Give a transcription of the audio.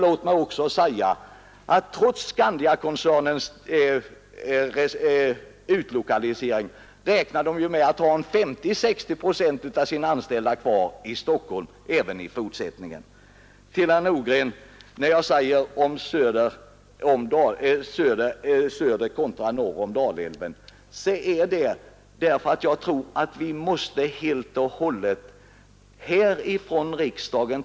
Låt mig också säga att trots Skandiakoncernens utlokalisering räknar de ju med att ha 50—60 procent av sina anställda kvar i Stockholm även i fortsättningen. Till herr Nordgren vill jag säga att när jag talar om söder kontra norr om Dalälven så är det därför att jag tror att vi måste ta ställning här i riksdagen.